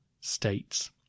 states